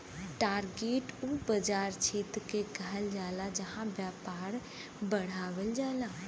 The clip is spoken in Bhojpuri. टारगेट उ बाज़ार क्षेत्र के कहल जाला जहां व्यापार बढ़ावल जाला